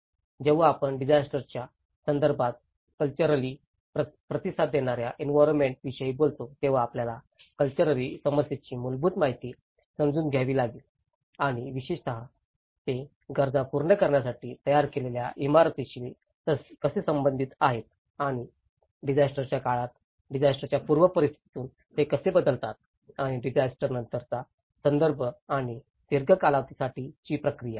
जेव्हा आपण डिजास्टरच्या संदर्भात कल्चरली प्रतिसाद देणाऱ्या एंवीरोन्मेन्ट विषयी बोलतो तेव्हा आपल्याला कल्चरली समस्येची मूलभूत माहिती समजून घ्यावी लागेल आणि विशेषत ते गरजा पूर्ण करण्यासाठी तयार केलेल्या इमारतीशी कसे संबंधित आहेत आणि डिजास्टरच्या काळात डिजास्टरच्या पूर्व परिस्थितीतून ते कसे बदलतात आणि डिजास्टर नंतरचा संदर्भ आणि दीर्घ कालावधीसाठी प्रक्रिया